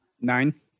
Nine